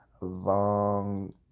long